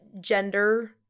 gender